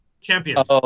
Champions